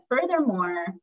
furthermore